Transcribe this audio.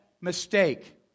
mistake